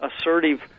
assertive